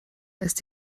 ist